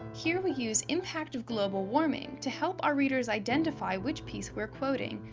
here we use impact of global warming to help our readers identify which piece we're quoting,